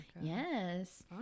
yes